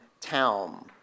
town